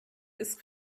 ist